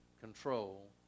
control